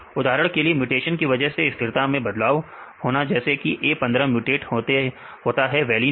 उदाहरण के लिए म्यूटेशन की वजह से स्थिरता में बदलाव होना जैसे A15 म्यूटेट होता है वैलीन में